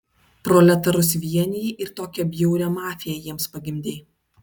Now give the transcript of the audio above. proletarus vienijai ir tokią bjaurią mafiją jiems pagimdei